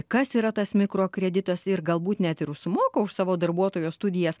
kas yra tas mikrokreditas ir galbūt net ir susimoka už savo darbuotojo studijas